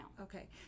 Okay